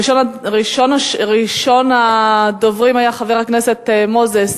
ראשון הדוברים היה חבר הכנסת מוזס.